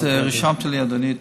אז רשמתי לי, אדוני.